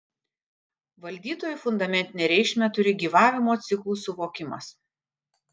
valdytojui fundamentinę reikšmę turi gyvavimo ciklų suvokimas